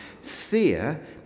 Fear